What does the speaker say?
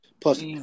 Plus